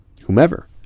whomever